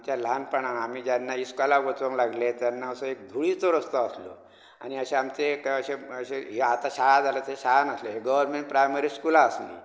आमच्या ल्हानपणांत आमी जेन्ना इस्काॅलाक वचूंक लागले तेन्ना असो एक धुळिचो रस्तो आसलो आनी अशें आमचें एक अशें अशें हे आतां शाळा जाला तशें शाळा नाशिल्ल्यो गव्हरमेन्ट प्रायमरी स्कुलां आसलीं